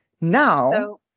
now